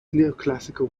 neoclassical